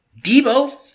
Debo